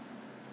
!huh! 什么 ah